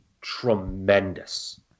tremendous